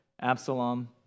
Absalom